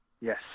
Yes